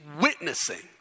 witnessing